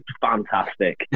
Fantastic